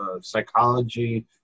psychology